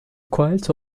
quality